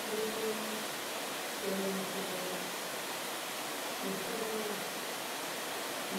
Nə tone, tone a kereya ma tanɗa na,